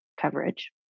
coverage